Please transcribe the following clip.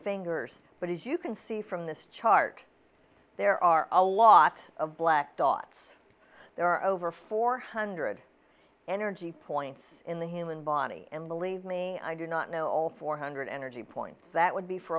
fingers but as you can see from this chart there are a lot of black dots there are over four hundred energy points in the human body and believe me i do not know all four hundred energy points that would be for